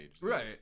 right